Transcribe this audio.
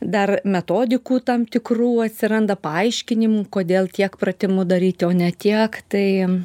dar metodikų tam tikrų atsiranda paaiškinimų kodėl tiek pratimų daryti o ne tiek tai